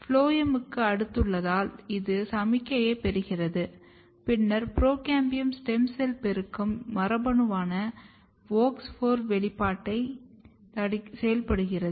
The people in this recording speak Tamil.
ஃபுளோயமுக்கு அடுத்துள்ளதால் இது சமிக்ஞையைப் பெறுகிறது பின்னர் புரோகாம்பியம் ஸ்டெம் செல் பெருக்கம் மரபணுவான WOX 4 வெளிப்பாட்டை செயல்படுத்துகிறது